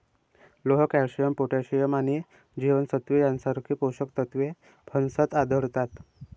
लोह, calcium, potassium आणि जीवनसत्त्वे यांसारखी पोषक तत्वे फणसात आढळतात